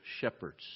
shepherds